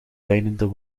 deinende